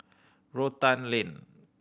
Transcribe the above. Rotan Lane